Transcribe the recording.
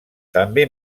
també